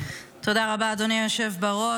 תודה רבה, אדוני היושב בראש.